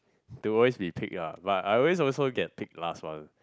to always be picked ah but I always also get picked the last one